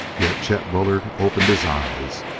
yet chet bullard opened his eyes.